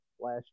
last